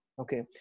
Okay